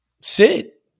Sit